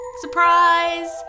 Surprise